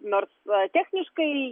nors aa techniškai